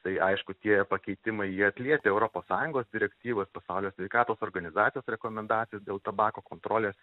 tai aišku tie pakeitimai jie atliepia europos sąjungos direktyvas pasaulio sveikatos organizacijos rekomendacijas dėl tabako kontrolės